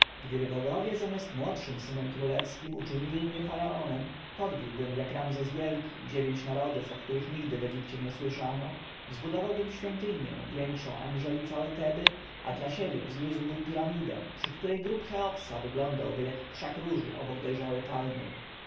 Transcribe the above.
gdyby bogowie zamiast młodszym synem królewskim uczynili mnie faraonem podbiłbym jak ramzes wielki dziewięć narodów o których nigdy w egipcie nie słyszano zbudowałbym świątynię większą aniżeli całe teby a dla siebie wzniósłbym piramidę przy której grób cheopsa wyglądałby jak krzak róży obok dojrzałej palmy